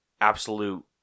absolute